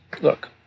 look